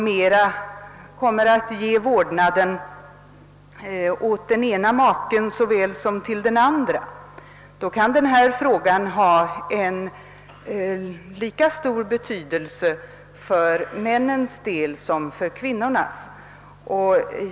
Vårdnaden ges nu lika väl åt den ena som åt den andra maken, och då har denna fråga lika stor betydelse för männen som för kvinnorna.